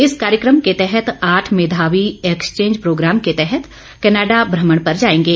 इस कार्यक्रम के तहत आठ मेधावी एक्सचेंज प्रोग्राम के तहत कनाडा भ्रमण पर जाएंगे